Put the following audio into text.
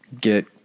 get